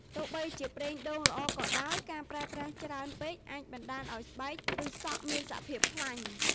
ទោះបីជាប្រេងដូងល្អក៏ដោយ ការប្រើប្រាស់ច្រើនពេកអាចបណ្ដាលឱ្យស្បែក ឬសក់មានសភាព ខ្លាញ់។